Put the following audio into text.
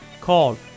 called